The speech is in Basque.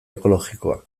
ekologikoa